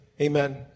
Amen